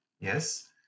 yes